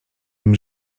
nim